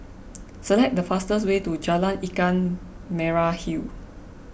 select the fastest way to Jalan Ikan Merah Hill